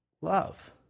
love